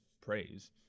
praise